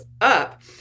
up